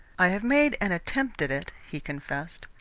i have made an attempt at it, he confessed.